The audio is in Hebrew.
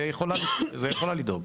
זה היא יכולה לדאוג.